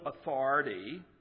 authority